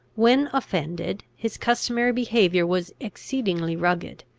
when offended, his customary behaviour was exceedingly rugged.